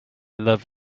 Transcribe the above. love